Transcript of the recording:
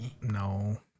No